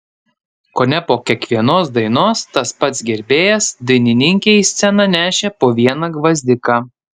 kone po kiekvienos dainos tas pats gerbėjas dainininkei į sceną nešė po vieną gvazdiką